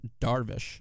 Darvish